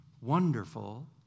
Wonderful